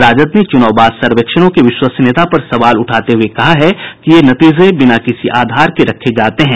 राजद ने चुनाव बाद सर्वेक्षणों की विश्वसनीयता पर सवाल उठाते हुये कहा है कि ये नतीजे बिना किसी आधार के रखे जाते हैं